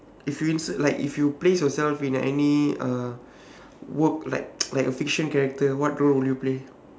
if you insert like if you place yourself in any uh work like like a fiction character what role would you play